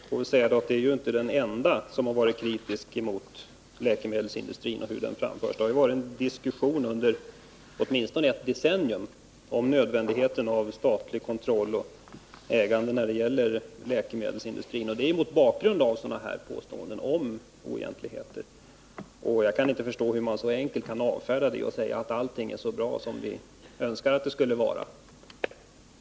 Herr talman! Då får jag väl säga att den här bokens författare inte är den enda som har varit kritisk mot läkemedelsindustrin. Det har ju förekommit en diskussion under åtminstone ett decennium om nödvändigheten av statlig kontroll och statligt ägande när det gäller läkemedelsindustrin. Det är mot bakgrund av sådana här påståenden om oegentligheter som jag har ställt min fråga. Och jag kan inte förstå hur man så enkelt kan avfärda detta och säga att allt är så bra som vi önskar att det skulle vara.